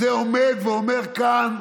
את זה עומד ואומר כאן